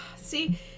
See